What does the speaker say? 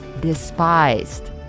despised